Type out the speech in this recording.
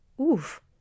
Oof